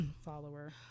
follower